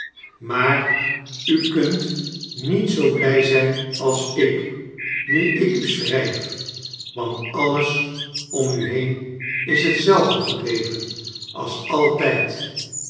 maar u kunt niet zoo blij zijn als ik nu ik u schrijf want alles om u heen is hetzelfde gebleven als altijd